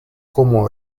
como